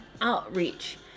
outreach